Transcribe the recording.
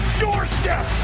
doorstep